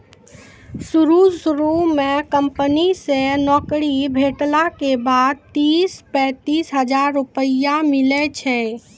शुरू शुरू म कंपनी से नौकरी भेटला के बाद तीस पैंतीस हजार रुपिया मिलै छै